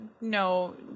no